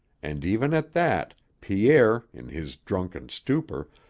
and, even at that, pierre, in his drunken stupor,